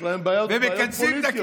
יש להם בעיות, בעיות פוליטיות.